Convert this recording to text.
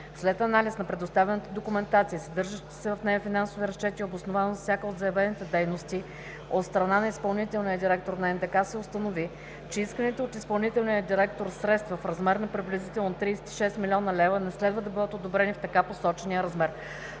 След анализ на предоставената документация и съдържащите се в нея финансови разчети и обоснованост за всяка от заявените дейности от страна на изпълнителния директор на НДК, се установи, че исканите от изпълнителния директор на НДК средства в размер на приблизително 36 млн. лв. не следва да бъдат одобрени в така посочения размер.“